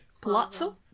Palazzo